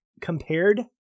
compared